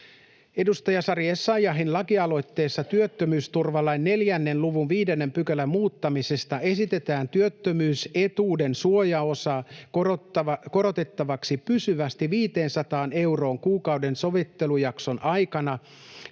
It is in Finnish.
Edustaja Sari Essayahin lakialoitteessa työttömyysturvalain 4 luvun 5 §:n muuttamisesta esitetään työttömyysetuuden suojaosaa korotettavaksi pysyvästi 500 euroon kuukauden sovittelujakson aikana